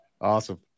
awesome